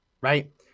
right